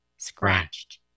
scratched